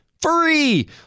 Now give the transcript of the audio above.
free